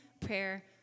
prayer